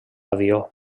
avió